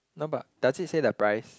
no but does it say the price